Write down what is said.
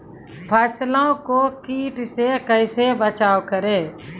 फसलों को कीट से कैसे बचाव करें?